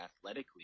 athletically